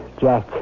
Jack